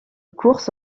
course